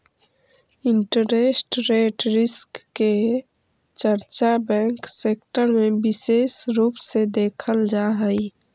interest rate risk के चर्चा bank sector में विशेष रूप से देखल जा हई